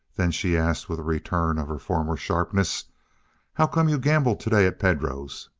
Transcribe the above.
then she asked with a return of her former sharpness how come you gambled today at pedro's?